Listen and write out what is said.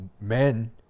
men